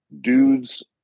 dudes